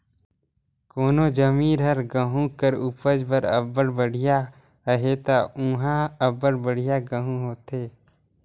कोनो जमीन हर गहूँ कर उपज बर अब्बड़ बड़िहा अहे ता उहां अब्बड़ बढ़ियां गहूँ होथे